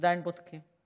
עדיין בודקים.